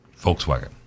Volkswagen